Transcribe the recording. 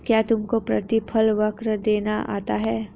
क्या तुमको प्रतिफल वक्र देखना आता है?